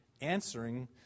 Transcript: answering